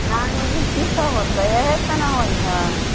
आओर वएह किसब होतै इएहसब ने होइ हइ